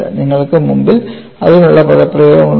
നിങ്ങൾക്ക് മുമ്പിൽ അതിനുള്ള പദപ്രയോഗങ്ങളുണ്ട്